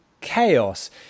chaos